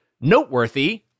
noteworthy